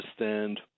understand